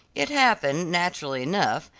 it happened, naturally enough,